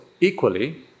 equally